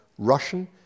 Russian